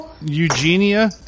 Eugenia